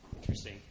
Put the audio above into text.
Interesting